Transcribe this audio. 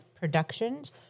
Productions